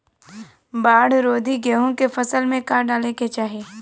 बाढ़ रोधी गेहूँ के फसल में का डाले के चाही?